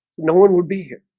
no one would be here